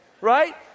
right